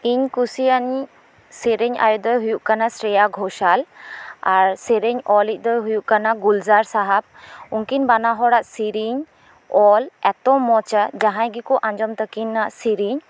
ᱤᱧ ᱠᱩᱥᱤᱭᱟᱱᱤᱡ ᱥᱮᱨᱮᱧ ᱟᱭ ᱫᱚᱭ ᱦᱩᱭᱩᱜ ᱠᱟᱱᱟ ᱥᱨᱮᱭᱟ ᱜᱷᱳᱥᱟᱞ ᱟᱨ ᱥᱮᱨᱮᱧ ᱚᱞᱤᱡ ᱫᱚᱭ ᱦᱩᱭᱩᱜ ᱠᱟᱱᱟ ᱜᱩᱞᱡᱟᱨ ᱥᱟᱦᱟᱵᱽ ᱩᱝᱠᱤᱱ ᱵᱟᱱᱟ ᱦᱚᱲᱟᱜ ᱥᱮᱨᱮᱧ ᱚᱞ ᱮᱛᱚ ᱢᱚᱸᱡᱽ ᱟ ᱡᱟᱦᱟᱸᱭ ᱜᱮᱠᱚ ᱟᱸᱡᱚᱢ ᱛᱟᱠᱤᱱᱟ ᱥᱮᱨᱮᱧ